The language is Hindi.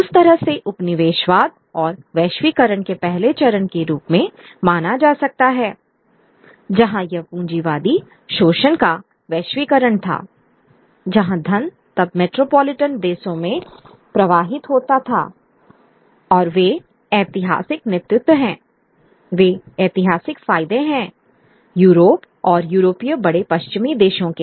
उस तरह से उपनिवेशवाद को वैश्वीकरण के पहले चरण के रूप में माना जा सकता है जहाँ यह पूँजीवादी शोषण का वैश्वीकरण था जहाँ धन तब मेट्रोपॉलिटन देशों में प्रवाहित होता था और वे ऐतिहासिक नेतृत्व हैं वे ऐतिहासिक फायदे हैं यूरोप और यूरोपीय बड़े पश्चिमी देशों के